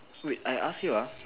wait I ask you ah